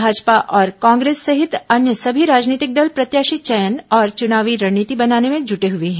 भाजपा और कांग्रेस सहित अन्य सभी राजनीतिक दल प्रत्याशी चयन और च्नावी रणनीति बनाने में जूटे हुए हैं